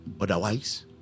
Otherwise